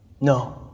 No